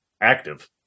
active